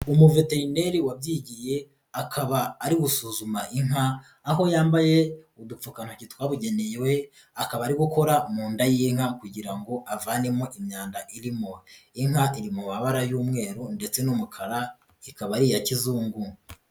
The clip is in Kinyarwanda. Umuveterineri wabyigiye akaba ari gusuzuma inka, aho yambaye udupfukantoki twabugenewe akaba ari gukora mu inda y'inka kugira ngo avanemo imyanda irimo. Inka iri mu mabara y'umweru ndetse n'umukara ikaba ari iya kizungu.